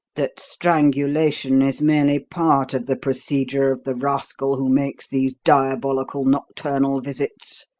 that strangulation is merely part of the procedure of the rascal who makes these diabolical nocturnal visits.